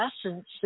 essence